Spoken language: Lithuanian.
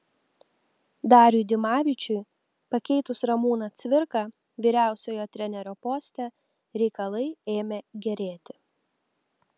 dariui dimavičiui pakeitus ramūną cvirką vyriausiojo trenerio poste reikalai ėmė gerėti